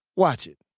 watch it.